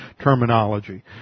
terminology